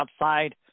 outside